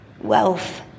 Wealth